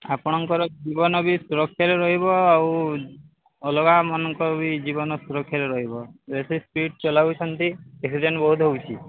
ଆପଣଙ୍କର ଜୀବନ ବି ସୁରକ୍ଷାରେ ରହିବ ଆଉ ଅଲଗା ମାନଙ୍କ ବି ଜୀବନ ସୁରକ୍ଷାରେ ରହିବ ବେଶୀ ସ୍ପିଡ୍ ଚଲାଉଛନ୍ତି ଆକ୍ସିଡେଣ୍ଟ୍ ବହୁତ ହେଉଛି